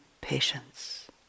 patience